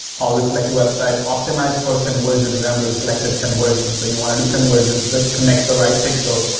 always select website, optimized for conversion. remember, you selected conversion. so, you want to do conversions that connect the right pixel,